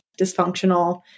dysfunctional